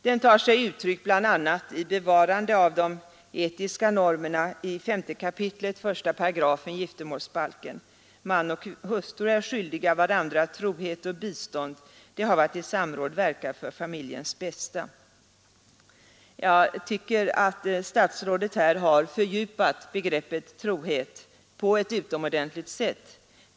Den tar sig uttryck bl.a. i bevarande av de etiska normerna i 5 kap. 1 § giftermålsbalken: Man och hustru äro skyldiga varandra trohet och bistånd; de hava att i samråd verka för familjens bästa. Jag tycker att statsrådet här har fördjupat begreppet trohet på ett utomordentligt sätt.